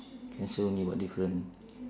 cancel only got different